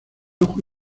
ojo